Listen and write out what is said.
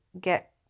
get